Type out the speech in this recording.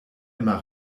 immer